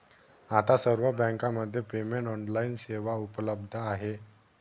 आता सर्व बँकांमध्ये पेमेंट ऑनलाइन सेवा उपलब्ध आहे